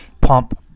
pump